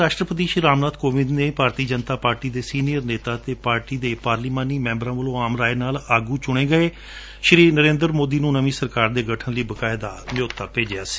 ਰਾਸ਼ਟਰਪਤੀ ਰਾਮਨਾਬ ਕੋਵਿੰਦ ਨੇ ਭਾਰਤੀ ਜਨਤਾ ਪਾਰਟੀ ਦੇ ਸੀਨੀਅਰ ਨੇਤਾ ਅਤੇ ਪਾਰਟੀ ਦੇ ਪਾਰਲੀਮਾਨੀ ਸੈਂਬਰਾਂ ਵੱਲੋਂ ਆਮਰਾਏ ਨਾਲ ਆਗੂ ਚੂਣੇ ਗਏ ਸ਼੍ਰੀ ਨਰੇਂਦਰ ਮੋਦੀ ਨੂੰ ਨਵੀ ਸਰਕਾਰ ਦੇ ਗਠਨ ਲਈ ਬਾਕਾਇਦਾ ਨਿਓਤਾ ਭੇਜਿਆ ਸੀ